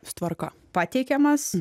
sutvarko pateikiamas